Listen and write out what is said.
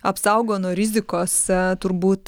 apsaugo nuo rizikos turbūt